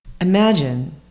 imagine